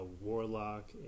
Warlock